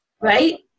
Right